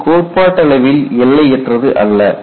இது கோட்பாட்டளவில் எல்லையற்றது அல்ல